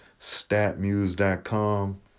statmuse.com